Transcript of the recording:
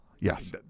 Yes